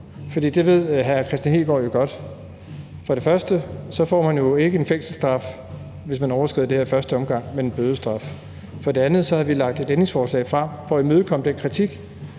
for det ved hr. Kristian Hegaard jo godt, altså at man for det første ikke i første omgang får en fængselsstraf, hvis man overskrider det her, men en bødestraf. For det andet har vi lagt et ændringsforslag frem for at imødekomme den kritik,